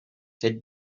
fet